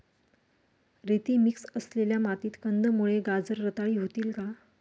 रेती मिक्स असलेल्या मातीत कंदमुळे, गाजर रताळी होतील का?